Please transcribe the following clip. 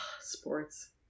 Sports